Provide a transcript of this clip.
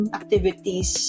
activities